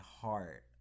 heart